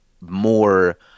More